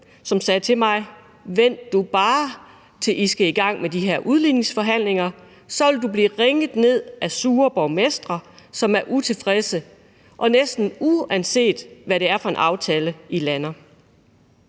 som sagde til mig: Vent du bare, til I skal i gang med de her udligningsforhandlinger, så vil du blive ringet ned af sure borgmestre, som er utilfredse, næsten uanset hvad det er for en aftale, I lander.